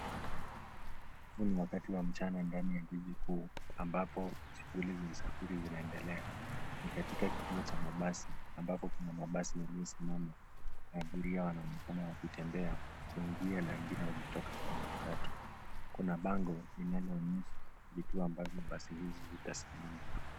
Huu ni wakati wa mchana ndani ya jiji kuu shughuli za usafiri zinaendelea. Ni katika kituo cha mabasi ambapo kuna mabasi iliyosimama na abiria wanaonekana wakitembea, kuingia na wengine wakitoka kwenye matatu. Kuna bango inaloonyesha vituo ambavyo basi hizi zitasimama.